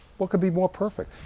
what could be more perfect?